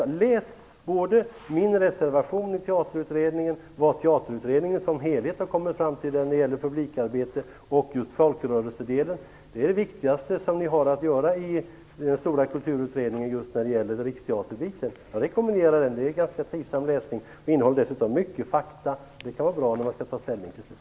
Men läs både min reservation till Teaterutredningen och det som Teaterutredningen som helhet har kommit fram till när det gäller publikarbete och just folkrörelsedelen! Det är det viktigaste som vi har att göra i den stora Kulturutredningen just i fråga om riksteaterbiten. Jag rekommenderar denna läsning som är ganska trivsam. Den innehåller dessutom mycket fakta, och det kan vara bra när man till sist skall ta ställning.